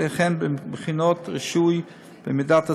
וכן בחינות רישוי במידת הצורך.